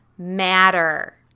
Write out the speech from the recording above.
matter